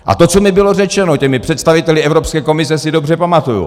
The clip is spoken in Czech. A to, co mi bylo řečeno představiteli Evropské komise, si dobře pamatuju.